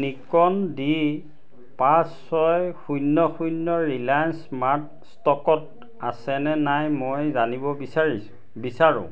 Nikon D পাঁচ ছয় শূন্য শূন্য ৰিলায়েন্স স্মাৰ্ট ষ্টকত আছে নে নাই মই জানিব বিচাৰিছোঁ বিচাৰোঁ